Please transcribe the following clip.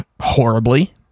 horribly